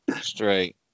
Straight